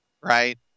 right